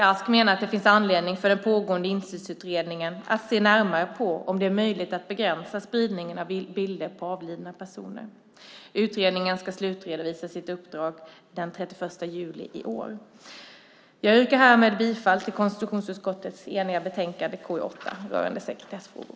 Ask menar att det finns anledning för den pågående Insynsutredningen att se närmare på om det är möjligt att begränsa spridningen av bilder på avlidna personer. Utredningen ska slutredovisa sitt uppdrag den 31 juli i år. Jag yrkar härmed bifall till förslaget i konstitutionsutskottets eniga betänkande KU8 rörande sekretessfrågor.